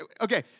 Okay